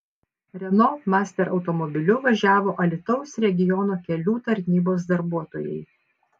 renault master automobiliu važiavo alytaus regiono kelių tarnybos darbuotojai